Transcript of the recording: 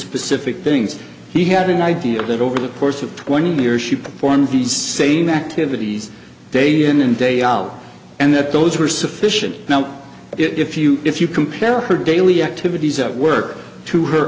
specific things he had an idea that over the course of twenty years she performed these same activities day in and day out and that those were sufficient now if you if you compare her daily activities at work to her